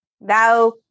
thou